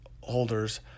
holders